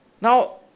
Now